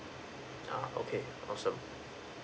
uh okay awesome